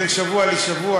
בין שבוע לשבוע,